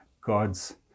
God's